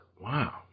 Wow